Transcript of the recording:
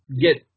get